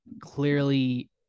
clearly